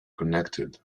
connected